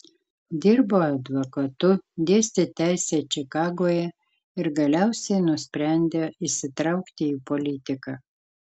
dirbo advokatu dėstė teisę čikagoje ir galiausiai nusprendė įsitraukti į politiką